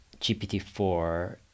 GPT-4